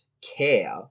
care